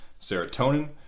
serotonin